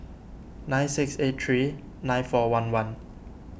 nine six eight three nine four one one